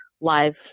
live